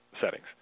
settings